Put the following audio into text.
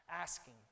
Asking